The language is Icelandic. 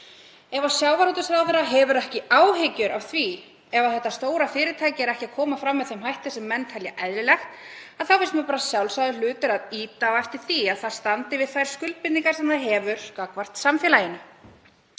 „Ef sjávarútvegsráðherra hefur ekki áhyggjur af því ef þetta stóra fyrirtæki er ekki að koma fram með þeim hætti sem menn telja eðlilegt þá finnst mér bara sjálfsagður hlutur að ýta á eftir því að það standi við þær skuldbindingar sem það hefur gagnvart samfélaginu.“